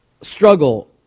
struggle